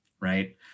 Right